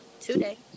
Today